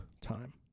time